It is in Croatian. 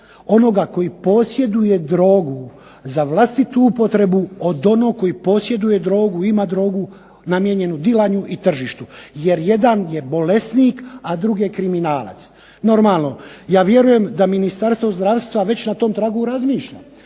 onoga koji posjeduje drogu za vlastitu upotrebu od onoga koji posjeduje drogu, ima drogu namijenjenu dilanju i tržištu. Jer jedan je bolesnik a drugi je kriminalac. Normalno, ja vjerujem da Ministarstvo zdravstva već na tom tragu razmišlja.